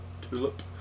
TULIP